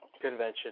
convention